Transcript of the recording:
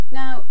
now